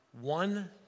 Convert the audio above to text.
one